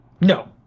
no